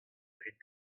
rit